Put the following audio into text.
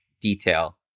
detail